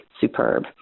superb